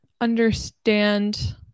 understand